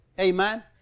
Amen